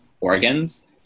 organs